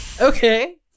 Okay